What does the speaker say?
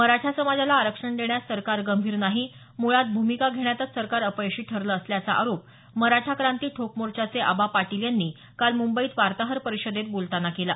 मराठा समाजाला आरक्षण देण्यास सरकार गंभीर नाही मुळात भूमिका घेण्यातच सरकार अपयशी ठरलं असल्याचा आरोप मराठा क्रांती ठोक मोर्चाचे आबा पाटील यांनी काल मुंबईत वार्ताहर परिषदेत बोलताना केला